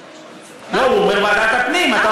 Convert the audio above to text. לא, הוא אומר ועדת הפנים, למה?